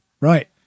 Right